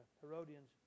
Herodians